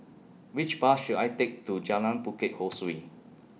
Which Bus should I Take to Jalan Bukit Ho Swee